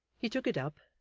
he took it up,